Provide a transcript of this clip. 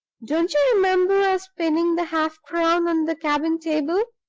don't you remember our spinning the half-crown on the cabin table,